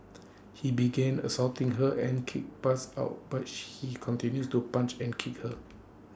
he began assaulting her and keep passed out but she he continues to punch and kick her